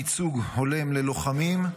ייצוג הולם ללוחמים.